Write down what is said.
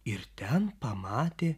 ir ten pamatė